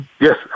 Yes